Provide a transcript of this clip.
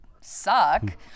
suck